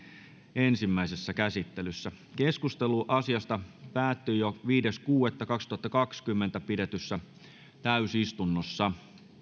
ensimmäisessä käsittelyssä keskustelu asiasta päättyi viides kuudetta kaksituhattakaksikymmentä pidetyssä täysistunnossa